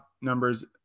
numbers